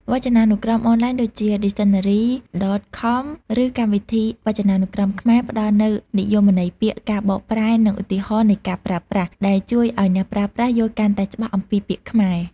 វចនានុក្រមអនឡាញដូចជា ឌីកសិនណារី ដត ខម ឬកម្មវិធីវចនានុក្រមខ្មែរ ផ្តល់នូវនិយមន័យពាក្យ ការបកប្រែ និងឧទាហរណ៍នៃការប្រើប្រាស់ ដែលជួយឱ្យអ្នកប្រើប្រាស់យល់កាន់តែច្បាស់អំពីពាក្យខ្មែរ។